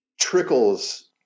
trickles